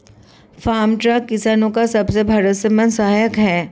farm truck किसानो का सबसे भरोसेमंद सहायक है